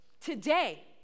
today